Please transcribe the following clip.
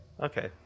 Okay